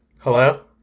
hello